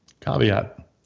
Caveat